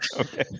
okay